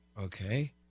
Okay